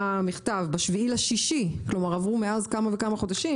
הכנסת, ב-7.6 כלומר עברו מאז כמה וכמה חודשים.